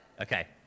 Okay